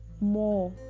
more